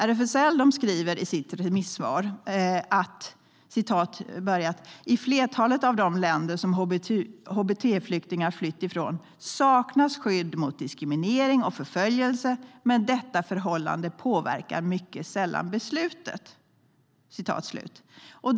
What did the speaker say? RFSL skriver i sitt remissvar: "I flertalet av de länder som hbt-flyktingar flytt ifrån saknas skydd mot diskriminering och förföljelse men detta förhållande påverkar mycket sällan beslutet."